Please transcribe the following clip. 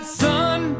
son